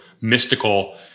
mystical